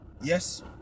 Yes